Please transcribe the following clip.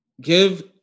give